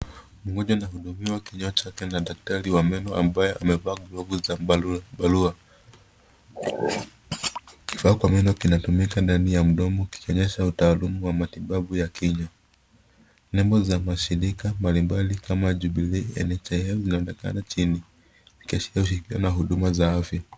Mgonjwa anahudumiwa kinywa chake na daktari wa meno ambaye amevaa glovu za zambarau. Kifaa kwa meno kinatumika ndani ya mdomo kikionyesha utaaluma wa matibabu ya kinywa. Nembo za mashirika mbalimbali kama Jubelee, NHIF zinaonekana chini vikiashiria huduma za afya.